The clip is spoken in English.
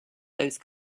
those